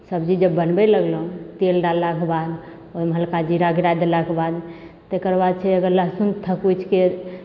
सबजी जब बनाबऽ लगलहुँ तेल डाललाके बाद ओहिमे हल्का जीरा गिरा देलाके बाद तेकर बाद छै अगर लहसुन थकूचिके